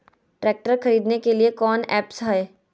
Tractor खरीदने के लिए कौन ऐप्स हाय?